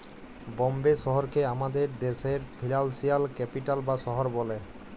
বম্বে শহরকে আমাদের দ্যাশের ফিল্যালসিয়াল ক্যাপিটাল বা শহর ব্যলে